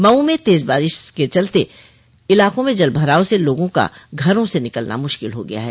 मऊ में तेज बारिश से निचले इलाको में जलभराव से लोगों का घरो से निकलना मुश्किल हो गया है